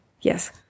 Yes